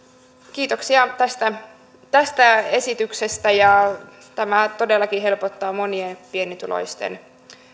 kiitoksia tästä tästä esityksestä tämä todellakin helpottaa monien pienituloisten